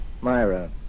Myra